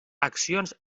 accions